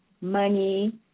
money